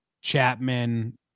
Chapman